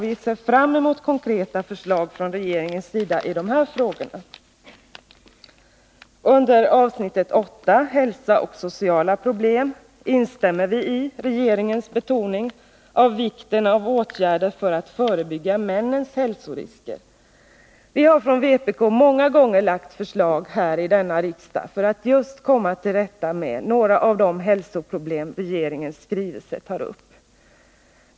Vi ser fram emot konkreta förslag från regeringens sida i de frågorna. När det gäller avsnitt 8 Hälsa och sociala problem instämmer vi i regeringens betoning av vikten av åtgärder för att förebygga männens hälsorisker. Vi har från vpk många gånger lagt fram förslag här i denna riksdag för att just komma till rätta med några av de hälsoproblem som behandlas i regeringens skrivelse.